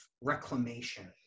reclamation